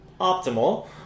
optimal